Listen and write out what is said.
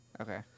Okay